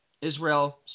Israel